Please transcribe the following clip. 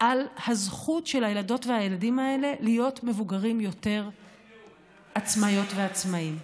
על הזכות של הילדות והילדים האלה להיות מבוגרים יותר עצמאיות ועצמאיים,